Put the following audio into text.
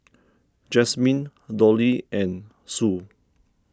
Jazmine Dolly and Sue